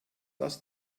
das